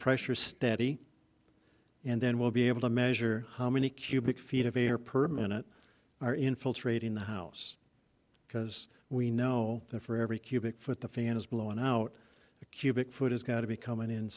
pressure steady and then we'll be able to measure how many cubic feet of air per minute are infiltrating the house because we know that for every cubic foot the fan is blown out a cubic foot has got to be coming in